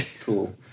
Cool